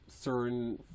certain